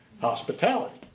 hospitality